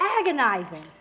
agonizing